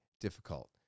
difficult